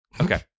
Okay